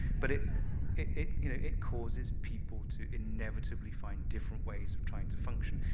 but it it you know it causes people to inevitably find different ways of trying to function,